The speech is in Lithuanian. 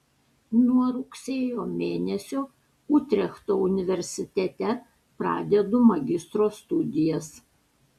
nuo rugsėjo mėnesio utrechto universitete pradedu magistro studijas